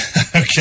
Okay